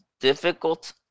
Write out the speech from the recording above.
difficult